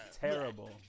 Terrible